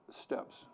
steps